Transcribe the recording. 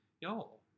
Y'all